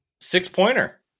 six-pointer